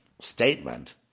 statement